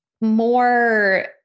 more